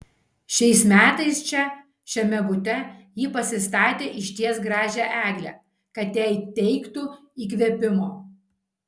šiais metais čia šiame bute ji pasistatė išties gražią eglę kad jai teiktų įkvėpimo